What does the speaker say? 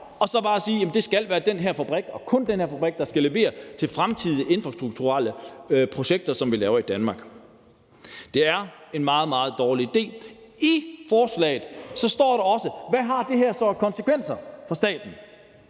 og så bare sige, at det skal være den her fabrik og kun den her fabrik, der skal levere til fremtidige infrastrukturelle projekter, som vi laver i Danmark. Det er en meget, meget dårlig idé. I forslaget står der også noget om, hvad det her har af konsekvenser for staten.